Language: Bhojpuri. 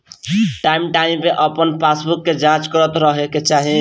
टाइम टाइम पे अपन पासबुक के जाँच करत रहे के चाही